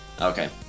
Okay